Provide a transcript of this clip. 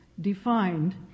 defined